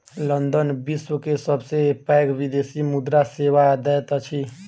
London विश्व के सबसे पैघ विदेशी मुद्रा सेवा दैत अछि